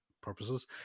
purposes